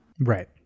Right